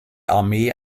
armee